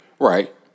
right